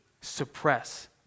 suppress